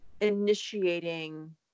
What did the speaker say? initiating